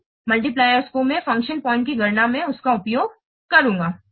उन गुणकों को मैं फ़ंक्शन पॉइंट्स की गणना में उनका उपयोग करूंगा